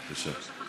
בבקשה.